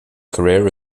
career